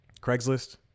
Craigslist